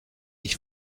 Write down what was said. ich